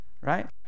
right